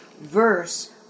verse